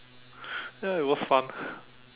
ya it was fun